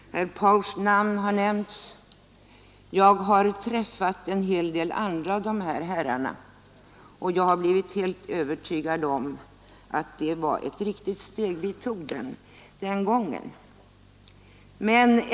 Paukschs namn har nämnts. Jag har träffat en hel del av dessa herrar, och jag har blivit helt övertygad om att det var ett riktigt steg vi tog den gången.